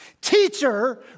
Teacher